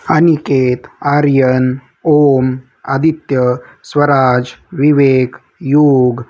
अनिकेत आर्यन ओम आदित्य स्वराज विवेक युग